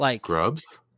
Grubs